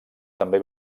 també